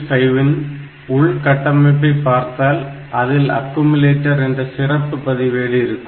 8085 இன் உள்கட்டமைப்பை பார்த்தால் அதில் அக்குமுலேட்டர் என்ற சிறப்பு பதிவேடு இருக்கும்